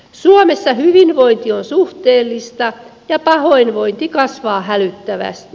suomessa hyvinvointi on suhteellista ja pahoinvointi kasvaa hälyttävästi